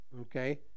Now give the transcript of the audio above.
Okay